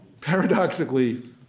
Paradoxically